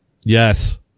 Yes